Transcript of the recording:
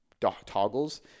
toggles